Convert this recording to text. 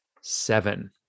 seven